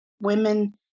women